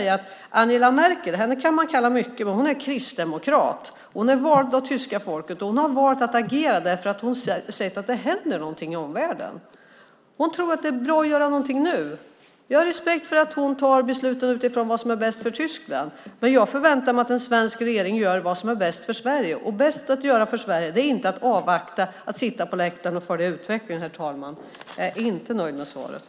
Angela Merkel kan man kalla mycket, men hon är kristdemokrat och är vald av tyska folket. Hon har valt att agera, därför att hon har sett att det händer någonting i omvärlden. Hon tror att det är bra att göra någonting nu. Jag har respekt för att hon fattar besluten utifrån vad som är bäst för Tyskland. Jag förväntar mig att en svensk regering gör vad som är bäst för Sverige. Och det bästa att göra för Sverige är inte att avvakta, att sitta på läktaren och följa utvecklingen, herr talman. Jag är inte nöjd med svaret.